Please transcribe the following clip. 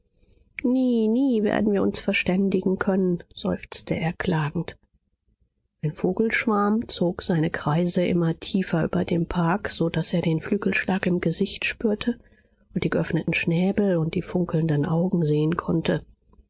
nie nie werden wir uns verständigen können seufzte er klagend ein vogelschwarm zog seine kreise immer tiefer über dem park so daß er den flügelschlag im gesicht spürte und die geöffneten schnäbel und die funkelnden augen sehen konnte